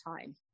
time